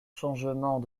changements